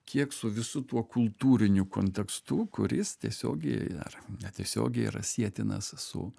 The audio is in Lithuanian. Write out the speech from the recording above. kiek su visu tuo kultūriniu kontekstu kuris tiesiogiai ar netiesiogiai yra sietinas su